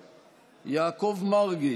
פושעים ופושעי מלחמה,